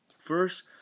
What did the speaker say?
First